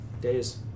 days